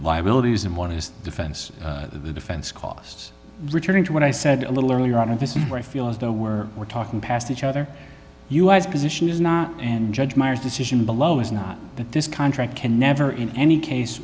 liabilities and one is the defense the defense costs returning to what i said a little earlier on and this is where i feel as though we're we're talking past each other u s position is not and judge myers decision below is not that this contract can never in any case